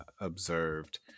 observed